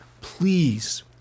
please